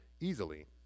easily